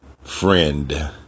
friend